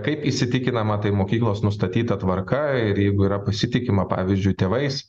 kaip įsitikinama tai mokyklos nustatyta tvarka ir jeigu yra pasitikima pavyzdžiui tėvais